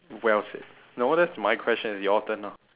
well said no that's my question it's your turn now